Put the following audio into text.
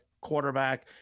quarterback